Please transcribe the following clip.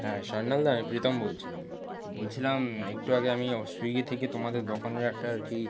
হ্যাঁ সান্যালদা আমি প্রীতম বলছিলাম বলছিলাম একটু আগে আমি সুইগি থেকে তোমাদের দোকানের একটা আর কি